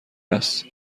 است